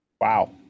wow